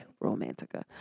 romantica